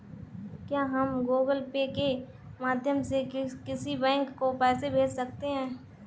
क्या हम Google Pay के माध्यम से किसी बैंक को पैसे भेज सकते हैं?